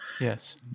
Yes